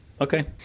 Okay